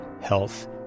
health